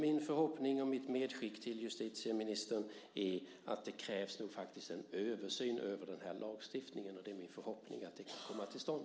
Min förhoppning och mitt medskick till justitieministern är alltså att det nog faktiskt krävs en översyn av den här lagstiftningen, och det är min förhoppning att en sådan kan komma till stånd.